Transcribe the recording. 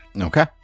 Okay